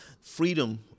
freedom